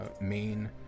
main